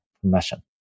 permission